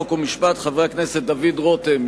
חוק ומשפט: חברי הכנסת דוד רותם,